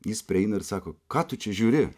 jis prieina ir sako ką tu čia žiūri